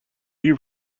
you